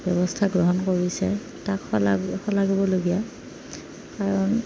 ব্যৱস্থা গ্ৰহণ কৰিছে তাক শলাগ শলাগিবলগীয়া কাৰণ